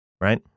right